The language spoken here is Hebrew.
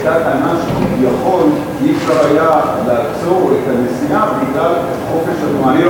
כי היתה טענה שכביכול אי-אפשר היה לעצור את הנסיעה בגלל חופש התנועה.